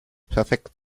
perfekt